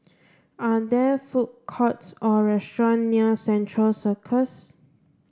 are there food courts or restaurants near Central Circus